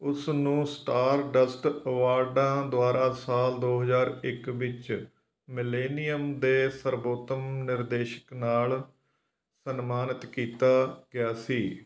ਉਸ ਨੂੰ ਸਟਾਰਡਸਟ ਅਵਾਰਡਾਂ ਦੁਆਰਾ ਸਾਲ ਦੋ ਹਜ਼ਾਰ ਇੱਕ ਵਿੱਚ ਮਿਲੇਨੀਅਮ ਦੇ ਸਰਬੋਤਮ ਨਿਰਦੇਸ਼ਕ ਨਾਲ ਸਨਮਾਨਿਤ ਕੀਤਾ ਗਿਆ ਸੀ